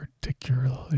particularly